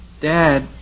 Dad